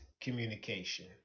communication